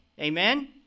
Amen